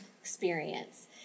experience